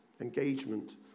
Engagement